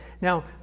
Now